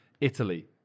Italy